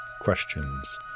questions